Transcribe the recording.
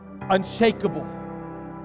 Unshakable